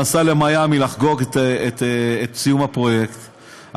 נסע למיאמי לחגוג את סיום הפרויקט,